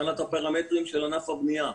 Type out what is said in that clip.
מבחינת הפרמטרים של ענף הבנייה,